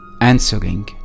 answering